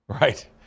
Right